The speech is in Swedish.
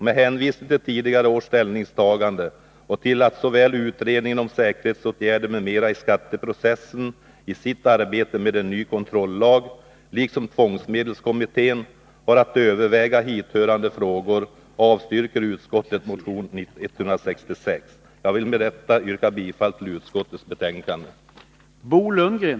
Med hänvisning till tidigare års ställningstagande och till att utredningen om säkerhetsåtgärder m.m. i skatteprocessen i sitt arbete med en ny kontrollag, liksom även tvångsmedelskommittén, har att överväga hithörande frågor avstyrker utskottet motion nr 166. Jag vill med detta yrka bifall till utskottets hemställan.